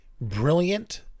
brilliant